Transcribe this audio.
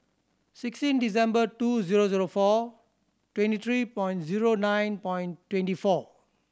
sixteen December two zero zero four twenty three point zero nine point twenty four